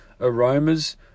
aromas